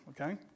okay